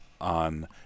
On